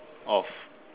of